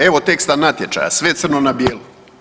Evo teksta natječaja, sve crno na bijelo.